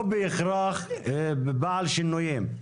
לא בהכרח בעל שינויים.